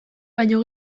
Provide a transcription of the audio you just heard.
baino